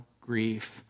grief